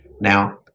Now